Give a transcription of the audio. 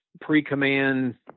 pre-command